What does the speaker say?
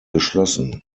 geschlossen